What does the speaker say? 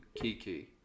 kiki